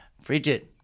Frigid